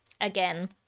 again